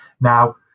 Now